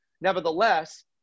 Nevertheless